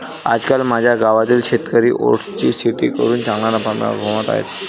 आजकाल माझ्या गावातील शेतकरी ओट्सची शेती करून चांगला नफा कमावत आहेत